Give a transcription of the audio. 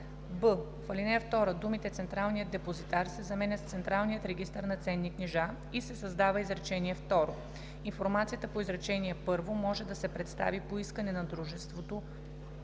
б) в ал. 2 думите „Централният депозитар“ се заменят с „Централният регистър на ценни книжа“ и се създава изречение второ: „Информацията по изречение първо може да се предостави по искане на дружеството